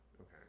Okay